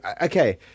Okay